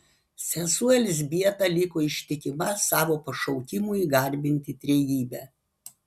sesuo elzbieta liko ištikima savo pašaukimui garbinti trejybę